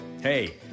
Hey